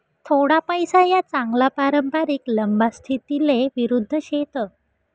थोडा पैसा या चांगला पारंपरिक लंबा स्थितीले विरुध्द शेत